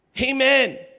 Amen